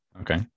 Okay